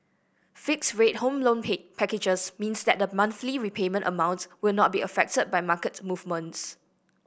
fixed rate Home Loan packages means that the monthly repayment amount will not be affected by market movements